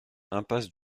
impasse